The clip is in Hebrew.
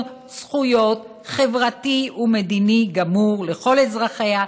זכויות חברתי ומדיני גמור לכל אזרחיה,